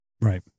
right